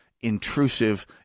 intrusive